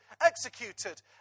executed